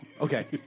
Okay